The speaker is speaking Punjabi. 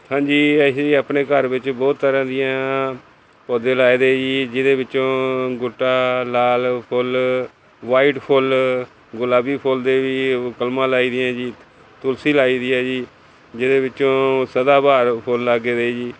ਹਾਂਜੀ ਅਸੀਂ ਵੀ ਆਪਣੇ ਘਰ ਵਿੱਚ ਬਹੁਤ ਤਰ੍ਹਾਂ ਦੀਆਂ ਪੌਦੇ ਲਾਏ ਦੇ ਜੀ ਜਿਹਦੇ ਵਿੱਚੋਂ ਗੁੱਟਾ ਲਾਲ ਫੁੱਲ ਵਾਈਟ ਫੁੱਲ ਗੁਲਾਬੀ ਫੁੱਲ ਦੇ ਵੀ ਕਲਮਾਂ ਲਾਈ ਦੀਆਂ ਜੀ ਤੁਲਸੀ ਲਾਈ ਦੀ ਹੈ ਜੀ ਜਿਹਦੇ ਵਿੱਚੋਂ ਸਦਾਬਹਾਰ ਫੁੱਲ ਲੱਗ ਦੇ ਜੀ